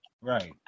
Right